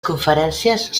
conferències